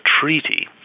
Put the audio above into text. treaty